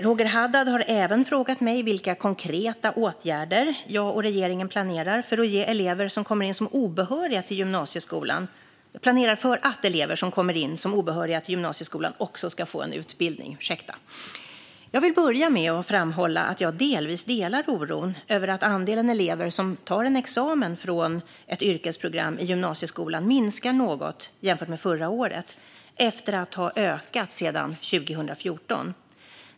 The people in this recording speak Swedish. Roger Haddad har även frågat mig vilka konkreta åtgärder jag och regeringen planerar för att elever som kommer in som obehöriga till gymnasieskolan också ska få en utbildning. Jag vill börja med att framhålla att jag delvis delar oron över att andelen elever som tar examen från ett yrkesprogram i gymnasieskolan minskar något jämfört med förra året, efter att ha ökat sedan 2014.